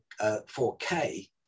4K